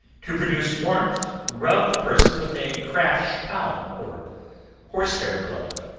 to produce warmth, rub the person with a crash towel, or horse hair glove.